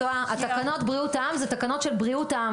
תקנות בריאות העם אלה תקנות של בריאות העם,